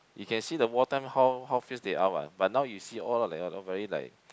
you can see the wartime how how fierce they are what but now you see all like all very like